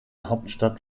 hauptstadt